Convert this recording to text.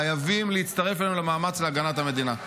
חייבים להצטרף אלינו למאמץ להגנת המדינה.